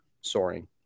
soaring